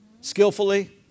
skillfully